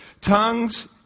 tongues